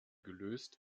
gelöst